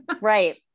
Right